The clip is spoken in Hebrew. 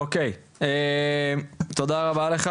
אוקיי, תודה רבה לך